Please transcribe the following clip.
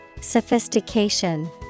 Sophistication